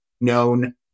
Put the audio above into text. known